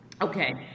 Okay